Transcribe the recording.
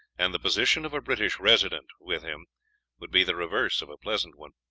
and the position of a british resident with him would be the reverse of a pleasant one.